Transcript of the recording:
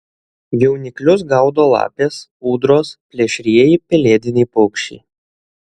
jauniklius gaudo lapės ūdros plėšrieji pelėdiniai paukščiai